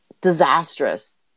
disastrous